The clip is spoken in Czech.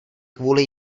kvůli